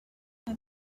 have